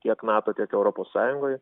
tiek nato tiek europos sąjungoj